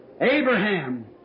Abraham